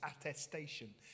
attestation